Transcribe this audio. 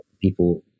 people